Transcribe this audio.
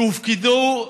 שהופקדה שם